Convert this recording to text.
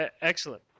excellent